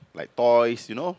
like toys you know